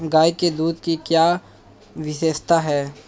गाय के दूध की क्या विशेषता है?